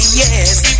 yes